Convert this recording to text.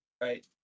right